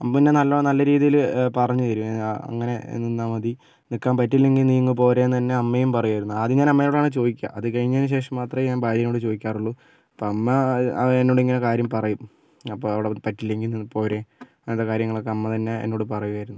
അമ്മ പിന്നെ നല്ലോ നല്ല രീതിയില് പറഞ്ഞ് തരും അങ്ങനെ നിന്നാൽ മതി നിൽക്കാൻ പറ്റില്ലെങ്കിൽ നീ ഇങ്ങ് പോരെ എന്ന് അമ്മയും പറയുമായിരുന്നു ആദ്യം ഞാൻ അമ്മയോടാണ് ചോദിക്കുക അത് കഴിഞ്ഞതിന് ശേഷം മാത്രമെ ഞാൻ ഭാര്യേനോട് ചോദിക്കാറുള്ളൂ അപ്പം അമ്മ എന്നോടിങ്ങനെ കാര്യം പറയും അപ്പം അവിടെ പറ്റില്ലെങ്കിൽ നീ പോര് അങ്ങനത്തെ കാര്യങ്ങളൊക്കെ അമ്മ തന്നെ എന്നോട് പറയുമായിരുന്നു